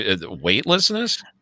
weightlessness